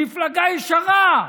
מפלגה ישרה.